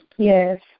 Yes